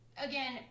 Again